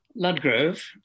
Ludgrove